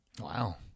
Wow